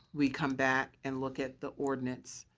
we come back and look at the ordinance.